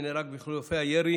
שנהרג בחילופי הירי